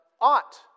ought